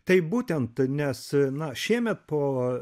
taip būtent nes na šiemet po